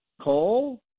coal